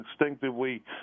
instinctively